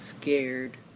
scared